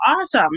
awesome